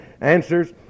answers